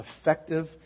effective